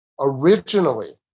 Originally